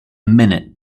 minute